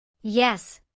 Yes